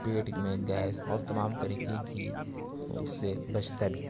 پیٹ میں گیس اور تمام طریقے کی اس سے پچتا بھی ہے